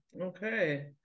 Okay